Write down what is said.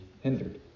hindered